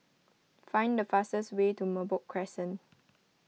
find the fastest way to Merbok Crescent